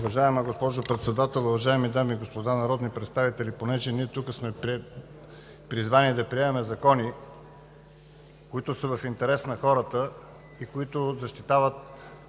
Уважаема госпожо Председател, уважаеми дами и господа народни представители! Понеже ние тук сме призвани да приемаме закони, които са в интерес на хората и които защитават